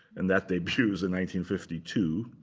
and that debuts in one fifty two.